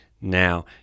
now